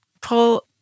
pull